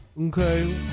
Okay